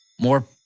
More